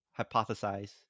hypothesize